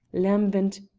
lambent,